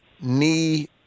knee